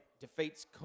Defeats